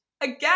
again